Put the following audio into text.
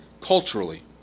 culturally